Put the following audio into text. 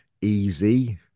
easy